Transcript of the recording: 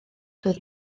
doedd